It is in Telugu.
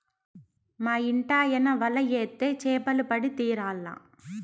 మా ఇంటాయన వల ఏత్తే చేపలు పడి తీరాల్ల